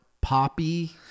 poppy